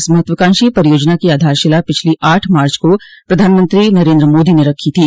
इस महत्वाकांक्षी परियोजना की आधारशिला पिछली आठ मार्च को प्रधानमंत्री नरेन्द्र मोदी ने रखी थी